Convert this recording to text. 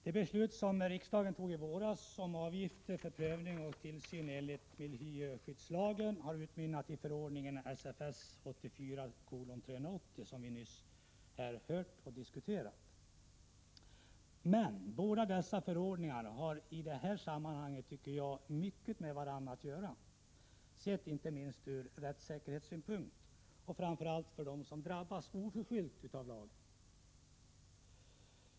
Det beslut som riksdagen tog i våras om avgifter för prövning och tillsyn enligt miljöskyddslagen har, som vi nyss hörde, utmynnat i förordningen SFS 1984:380. Båda dessa förordningar har emellertid mycket med varandra att göra, tycker jag, inte minst sett ur rättssäkerhetssynpunkt och framför allt för dem som drabbas oförskyllt av lagen.